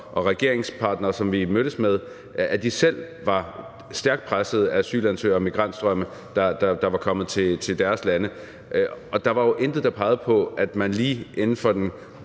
og regeringspartnere, som vi mødtes med, at de selv var stærkt pressede af asylansøgere og migrantstrømme, der var kommet til deres lande, og der var jo intet, der pegede på, at man lige inden for den